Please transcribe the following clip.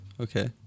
Okay